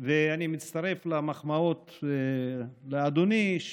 ואני מצטרף למחמאות לאדוני,